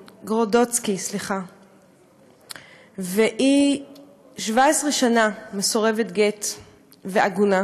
גורודצקי, והיא 17 שנה מסורבת גט ועגונה.